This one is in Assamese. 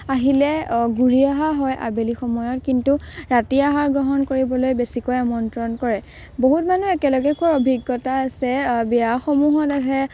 আহিলে ঘূৰি অহা হয় আবেলি সময়ত কিন্তু ৰাতি আহাৰ গ্ৰহণ কৰিবলৈ বেছিকৈ আমন্ত্ৰণ কৰে বহুত মানুহ একেলগে খোৱাৰ অভিজ্ঞতা আছে বিয়াসমূহত আছে